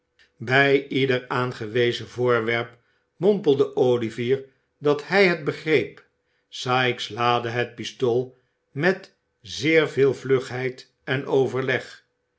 bij ieder aangewezen voorwerp mompelde olivier dat hij het begreep sikes laadde het pistool met zeer veel vlugheid en overleg